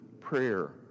prayer